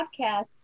podcast